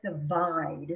divide